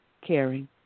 caring